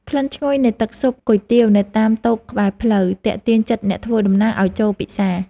ក្លិនឈ្ងុយនៃទឹកស៊ុបគុយទាវនៅតាមតូបក្បែរផ្លូវ ទាក់ទាញចិត្តអ្នកធ្វើដំណើរឱ្យចូលពិសា។